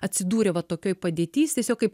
atsidūrė va tokioj padėty jis tiesiog kaip